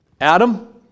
Adam